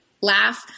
laugh